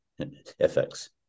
FX